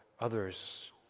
others